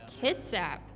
Kitsap